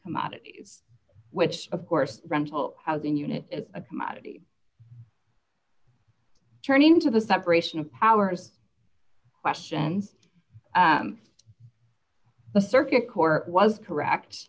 commodities which of course rental housing units a commodity turning to the separation of powers questions the circuit court was correct